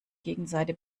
gegenseite